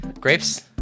Grapes